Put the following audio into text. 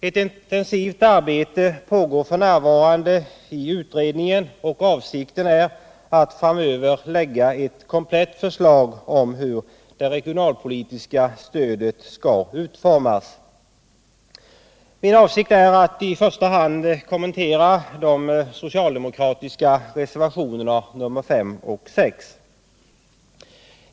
Ett intensivt arbete pågår f. n. i utredningen, och avsikten är att så småningom lägga fram ett komplett förslag om hur det regionalpolitiska stödet skall utformas. Jag för min del vill nu i första hand kommentera de socialdemokratiska reservationerna 5 och 6.